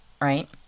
right